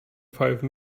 five